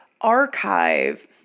Archive